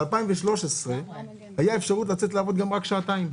ב-2013 הייתה אפשרות לצאת לעבוד גם רק שעתיים.